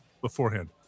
Beforehand